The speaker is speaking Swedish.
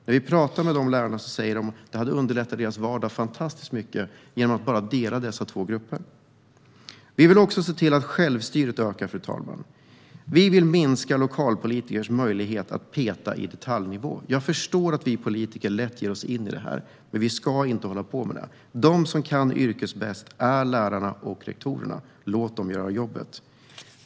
När vi pratar med lärarna säger de att det hade underlättat deras vardag fantastiskt mycket om dessa två grupper hade delats upp. Vi vill också se till att självstyret ökar, fru talman. Vi vill minska lokalpolitikers möjlighet att peta på detaljnivå. Jag förstår att vi politiker lätt ger oss in i detta, men vi ska inte hålla på med det. Det är lärarna och rektorerna som kan yrket bäst. Låt dem göra jobbet!